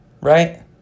Right